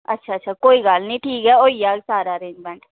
अच्छा अच्छा कोई गल्ल नी ठीक ऐ होई जाह्ग सारा अरेंजमेंट